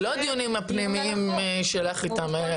כי זה לא הדיונים הפנימיים שלך איתם,